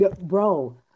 Bro